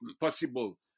possible